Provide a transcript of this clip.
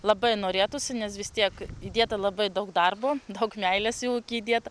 labai norėtųsi nes vis tiek įdėta labai daug darbo daug meilės į ūkį įdėta